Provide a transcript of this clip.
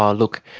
um look,